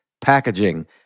packaging